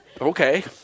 Okay